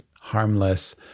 harmless